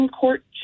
Court